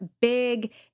big